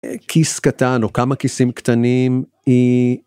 כיס קטן או כמה כיסים קטנים היא.